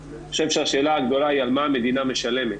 אני חושב שהשאלה הגדולה היא על מה המדינה משלמת